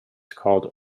called